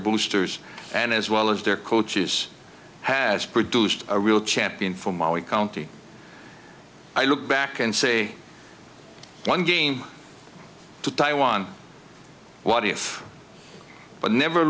boosters and as well as their coaches has produced a real champion for my wee county i look back and see one game to taiwan what if but never